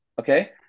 Okay